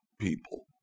people